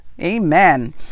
Amen